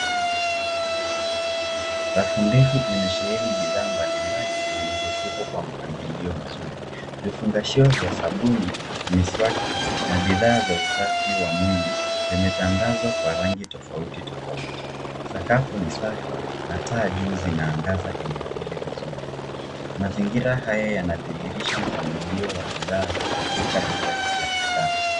Rafu ndefu imesheheni bidhaa mbalimbali vilizosukwa kwa mpangilio mzuri, vifungashio vya sabuni, miswaki na bidhaa za usafi wa mwili zimetandazwa kwa rangi tofauti tofauti, sakafu ni safi na taa juu zinaangaza eneo hili vizuri, mazingira haya yanadhiirisha mpangilio wa bidhaa katika duka hili la kisasa.